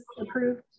approved